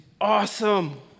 awesome